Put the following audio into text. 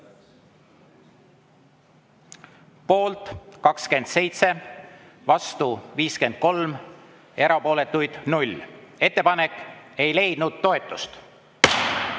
Poolt 27, vastu 53, erapooletuid null. Ettepanek ei leidnud toetust.